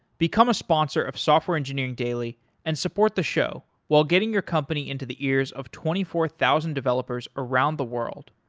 become a sponsor of software engineering daily and support the show while getting your company into the ears of twenty four thousand developers around the world.